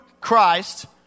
Christ